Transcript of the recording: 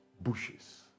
bushes